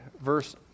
Verse